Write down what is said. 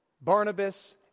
Barnabas